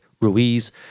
Ruiz